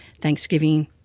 Thanksgiving